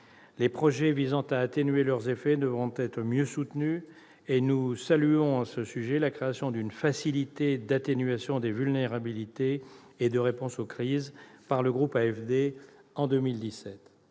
Les projets visant à atténuer leurs effets devront être mieux soutenus. Nous saluons la création d'une « facilité d'atténuation des vulnérabilités et de réponse aux crises » par le groupe AFD en 2017.